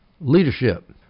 leadership